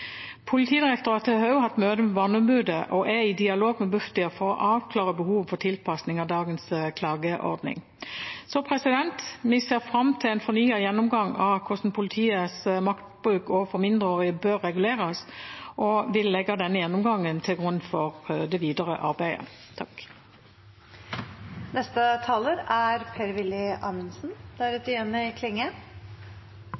Politidirektoratet har også hatt møte med Barneombudet og er i dialog med Bufdir for å avklare behovet for tilpasning av dagens klageordning. Vi ser fram til en fornyet gjennomgang av hvordan politiets maktbruk overfor mindreårige bør reguleres, og vi legger denne gjennomgangen til grunn for det videre arbeidet. La meg innledningsvis si at jeg oppfatter at dette representantforslaget er